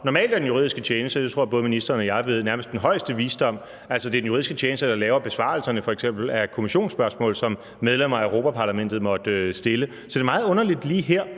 Normalt er den juridiske tjeneste – det tror jeg at både ministeren og jeg ved – nærmest den højeste visdom. Det er f.eks. den juridiske tjeneste, der laver besvarelserne af de kommissionsspørgsmål, som medlemmer af Europa-Parlamentet måtte stille. Så det er meget underligt lige her,